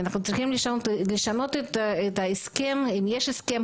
אנחנו צריכים לשנות את ההסכם אם בכלל יש הסכם